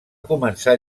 començar